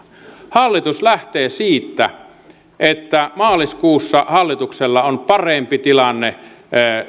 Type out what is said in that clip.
hallitus lähtee siitä että maaliskuussa hallituksella on parempi tilanne